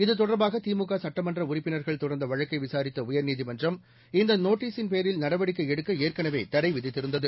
இதுதொடர்பாக திமுக சுட்டமன்ற உறுப்பினர்கள் தொடர்ந்த வழக்கை விசாரித்த உயர்நீதிமன்றம் இந்த நோட்டீஸின் பேரில் நடவடிக்கை எடுக்க ஏற்கனவே தடை விதித்திருந்தது